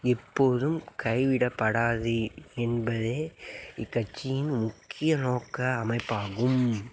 எப்போதும் கைவிடப்படாது என்பதே இக்கட்சியின் முக்கிய நோக்க அமைப்பாகும்